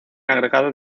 agregado